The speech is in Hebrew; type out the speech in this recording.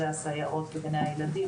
של סייעות בגני הילדים,